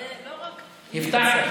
הפתעת,